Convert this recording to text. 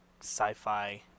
sci-fi